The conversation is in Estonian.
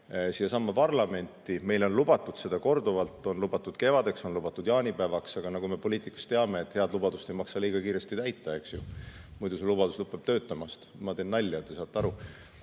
siiasamma parlamenti. Meile on lubatud seda korduvalt, on lubatud kevadeks, on lubatud jaanipäevaks. Aga nagu me poliitikast teame, head lubadust ei maksa liiga kiiresti täita, muidu see lubadus lõpetab töötamise – ma teen nalja, te saate aru.